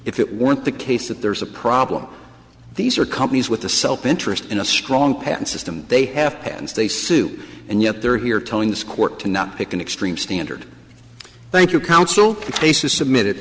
if it weren't the case that there's a problem these are companies with the self interest in a strong patent system they have hence they sue and yet they're here telling this court to not pick an extreme standard thank you counsel case was submitted